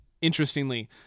interestingly